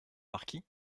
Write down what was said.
marquis